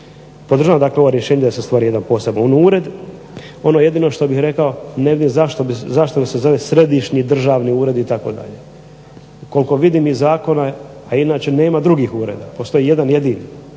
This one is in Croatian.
Podržavam dakle ovo rješenje da se stvori jedan poseban ured. Ono jedino što bih rekao ne znam zašto da se zove središnji državni ured itd.? koliko vidim iz zakona, a inače nema drugih ureda postoji jedan jedini.